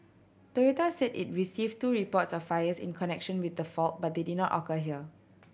Toyota said it received two reports of fires in connection with the fault but they did not occur here